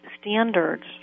standards